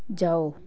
ਜਾਓ